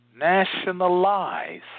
Nationalize